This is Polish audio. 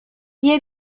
nie